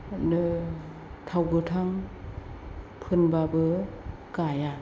ओरैनो थाव गोथां फुनब्लाबो गाया